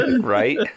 right